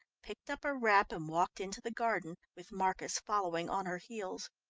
picked up a wrap and walked into the garden, with marcus following on her heels.